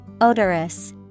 odorous